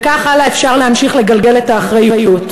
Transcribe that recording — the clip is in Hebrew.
וכך הלאה, אפשר להמשיך, לגלגל את האחריות.